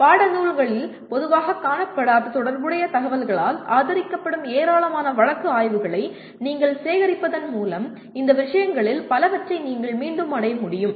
பாடநூல்களில் பொதுவாகக் காணப்படாத தொடர்புடைய தகவல்களால் ஆதரிக்கப்படும் ஏராளமான வழக்கு ஆய்வுகளை நீங்கள் சேகரிப்பதன் மூலம் இந்த விஷயங்களில் பலவற்றை நீங்கள் மீண்டும் அடைய முடியும்